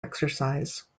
exercise